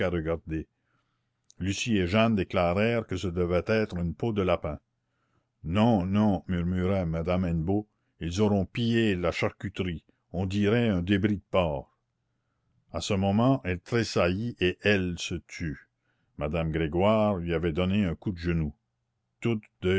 regarder lucie et jeanne déclarèrent que ce devait être une peau de lapin non non murmura madame hennebeau ils auront pillé la charcuterie on dirait un débris de porc a ce moment elle tressaillit et elle se tut madame grégoire lui avait donné un coup de genou toutes